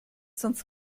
sonst